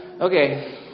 Okay